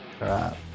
Right